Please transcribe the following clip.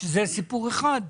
שאז